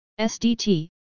SDT